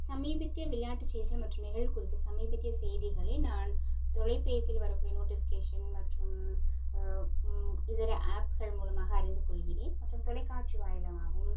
சமீபத்திய விளையாட்டு செய்திகள் மற்றும் நிகழ்வு குறித்த சமீபத்திய செய்திகளை நான் தொலைபேசியில் வரக்கூடிய நோட்டிஃபிகேஷன் மற்றும் இதர ஆப்கள் மூலமாக அறிந்துகொள்கிறேன் மற்றும் தொலைக்காட்சி வாயிலாகவும்